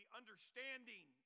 understanding